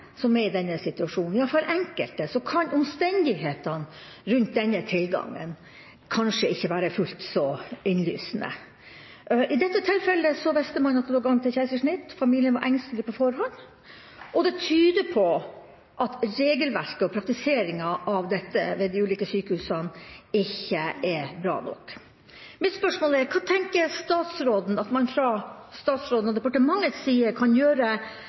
som er i denne situasjonen – i alle fall for enkelte – kan omstendighetene rundt denne tilgangen kanskje ikke være fullt så innlysende. I dette tilfellet visste man at det lå an til keisersnitt. Familien var engstelig på forhånd, og det tyder på at regelverket og praktiseringa av dette ved de ulike sykehusene ikke er bra nok. Mitt spørsmål er: Hva tenker statsråden at man fra statsrådens og departementets side kan gjøre